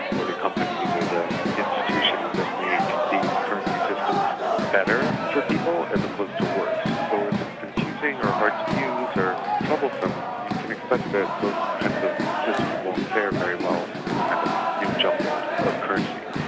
or the companies or their institutions that make these currency systems better for people as opposed to worse. so if it's confusing or hard to use or troublesome, you can expect that those kinds of systems won't fare very well in this kind of new jungle of currency.